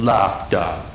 Laughter